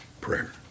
prayer